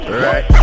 right